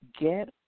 get